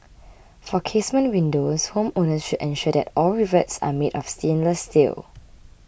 for casement windows homeowners should ensure that all rivets are made of stainless steel